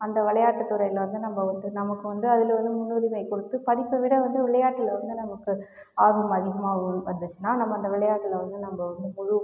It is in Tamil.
அந்த விளையாட்டுத் துறையில் வந்து நம்ப வந்து நமக்கு வந்து அதில் வந்து முன்னுரிமை கொடுத்து படிப்பை விட வந்து விளையாட்டில் வந்து நமக்கு ஆர்வம் அதிகமாகவே வந்துச்சுன்னா நம்ப அந்த விளையாட்டில் வந்து நம்ப வந்து முழு